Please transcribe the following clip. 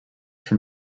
from